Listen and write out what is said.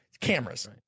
cameras